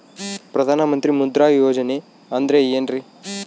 ಪ್ರಧಾನ ಮಂತ್ರಿ ಮುದ್ರಾ ಯೋಜನೆ ಅಂದ್ರೆ ಏನ್ರಿ?